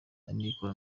amikoro